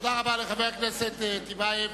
תודה רבה לחבר הכנסת טיבייב.